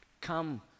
Come